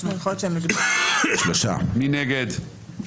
מי נגד?